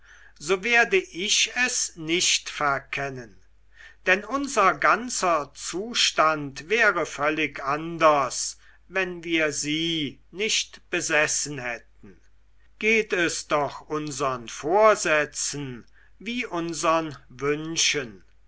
so werde ich es nicht verkennen denn unser ganzer zustand wäre völlig anders wenn wir sie nicht besessen hätten geht es doch unsern vorsätzen wie unsern wünschen